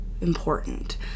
important